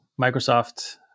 Microsoft